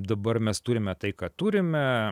dabar mes turime tai ką turime